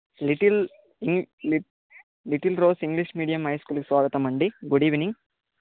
little little rose English medium హైస్కూల్కి స్వాగతమండి good evening